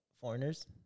foreigners